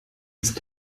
ist